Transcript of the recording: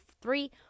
three